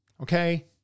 okay